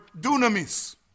dunamis